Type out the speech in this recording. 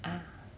ah